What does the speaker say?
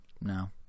No